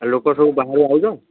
ଲୋକ ସବୁ ବାହାର ଆଉଚନ୍